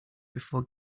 before